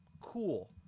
cool